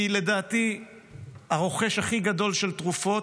היא לדעתי הרוכש הכי גדול של תרופות,